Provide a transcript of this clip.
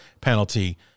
penalty